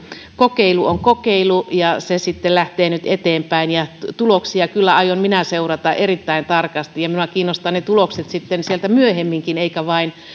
kokeilu on kokeilu ja se sitten lähtee nyt eteenpäin tuloksia minä aion kyllä seurata erittäin tarkasti ja minua kiinnostavat ne tulokset sitten sieltä myöhemminkin ei